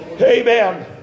amen